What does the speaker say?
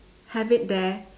have it there